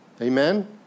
Amen